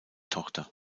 tochter